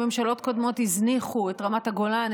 ממשלות קודמות הזניחו את רמת הגולן,